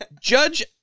Judge